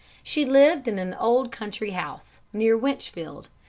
she lived in an old country house near winchfield,